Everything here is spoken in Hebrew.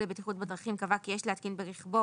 לבטיחות בדרכים קבע כי יש להתקין ברכבו